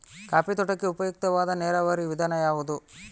Coffee ತೋಟಕ್ಕೆ ಉಪಯುಕ್ತವಾದ ನೇರಾವರಿ ವಿಧಾನ ಯಾವುದು?